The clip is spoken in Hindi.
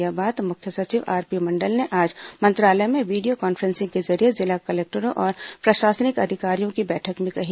यह बात मुख्य सचिव आरपी मंडल ने आज मंत्रालय में वीडियो कॉन्फ्रेसिंग के जरिये जिला कलेक्टरों और प्रशासनिक अधिकारियों की बैठक में कही